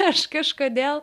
aš kažkodėl